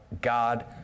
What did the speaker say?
God